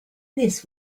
this